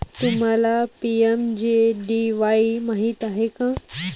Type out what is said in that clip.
तुम्हाला पी.एम.जे.डी.वाई माहित आहे का?